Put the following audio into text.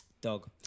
Dog